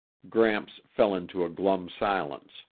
gramps fell into a glum silence.